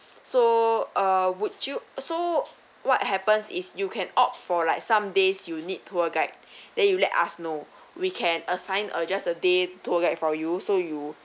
so uh would you so what happens is you can opt for like some days you need tour guide then you let us know we can assign uh just a day tour guide for you so you